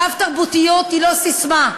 רב-תרבותיות היא לא ססמה,